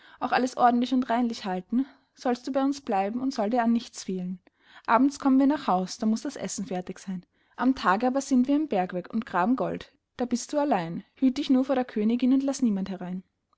auch alles ordentlich und reinlich halten sollst du bei uns bleiben und soll dir an nichts fehlen abends kommen wir nach haus da muß das essen fertig seyn am tage aber sind wir im bergwerk und graben gold da bist du allein hüt dich nur vor der königin und laß niemand herein